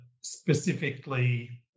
specifically